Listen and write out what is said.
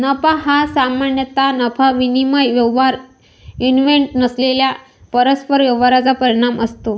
नफा हा सामान्यतः नफा विनिमय व्यवहार इव्हेंट नसलेल्या परस्पर व्यवहारांचा परिणाम असतो